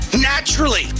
naturally